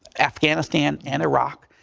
afghanistan and iraq.